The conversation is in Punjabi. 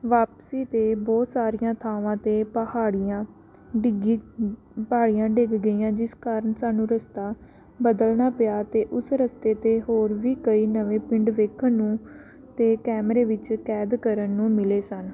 ਵਾਪਸੀ 'ਤੇ ਬਹੁਤ ਸਾਰੀਆਂ ਥਾਵਾਂ 'ਤੇ ਪਹਾੜੀਆਂ ਡਿੱਗੀ ਪਹਾੜੀਆਂ ਡਿੱਗ ਗਈਆਂ ਜਿਸ ਕਾਰਨ ਸਾਨੂੰ ਰਸਤਾ ਬਦਲਣਾ ਪਿਆ ਅਤੇ ਉਸ ਰਸਤੇ 'ਤੇ ਹੋਰ ਵੀ ਕਈ ਨਵੇਂ ਪਿੰਡ ਵੇਖਣ ਨੂੰ ਅਤੇ ਕੈਮਰੇ ਵਿੱਚ ਕੈਦ ਕਰਨ ਨੂੰ ਮਿਲੇ ਸਨ